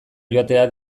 joatea